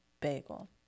Bagel